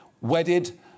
wedded